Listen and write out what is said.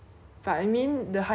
it will still quite scary leh